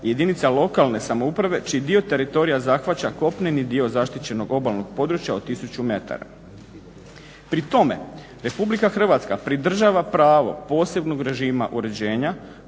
jedinica lokalne samouprave čiji dio teritorija zahvaća kopneni dio zaštićenog obalnog područja od tisuću metara. Pri tome Republika Hrvatska pridržava pravo posebnog režima uređenja